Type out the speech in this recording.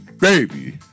baby